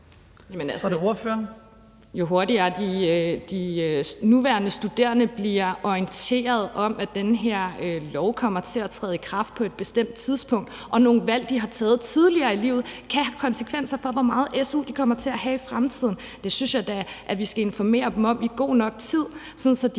Jo hurtigere de nuværende studerende bliver orienteret om, at den her lov kommer til at træde i kraft på et bestemt tidspunkt, og at nogle valg, de har taget tidligere i livet, kan have konsekvenser for, hvor meget su de kommer til at have i fremtiden, jo bedre. Det synes jeg da vi skal informere dem om i god nok tid, sådan